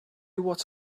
what